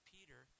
Peter